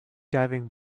diving